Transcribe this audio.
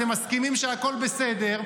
אתם מסכימים שהכול בסדר,